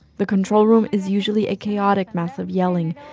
the control room is usually a chaotic mess of yelling.